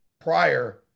prior